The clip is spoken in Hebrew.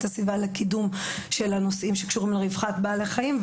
הסביבה לקידום של הנושאים שקשורים לרווחת בעלי החיים,